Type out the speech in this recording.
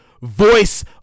voice